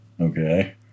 Okay